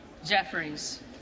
Jeffries